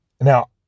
Now